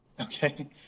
Okay